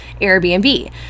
Airbnb